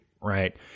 right